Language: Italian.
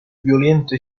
violento